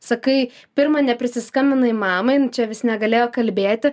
sakai pirma neprisiskambinai mamai nu čia vis negalėjo kalbėti